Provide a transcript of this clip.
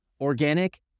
organic